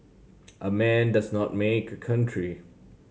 a man does not make a country